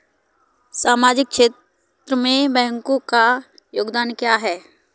सामाजिक क्षेत्र में बैंकों का योगदान क्या है?